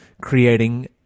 creating